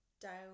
down